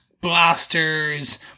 blasters